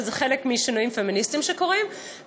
זה חלק משינויים פמיניסטיים שקורים,